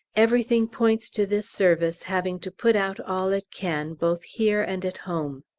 everything points to this service having to put out all it can, both here and at home.